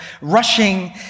rushing